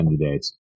candidates